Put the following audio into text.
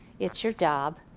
it's your job,